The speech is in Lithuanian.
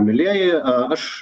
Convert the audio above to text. mielieji aš